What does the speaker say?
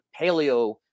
paleo